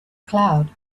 cloud